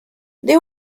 they